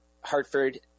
Hartford